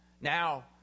Now